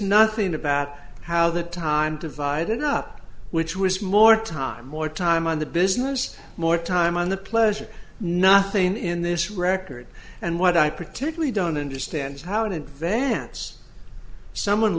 nothing about how the time divided up which was more time more time on the business more time on the pleasure nothing in this record and what i particularly don't understand how an advance someone